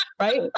Right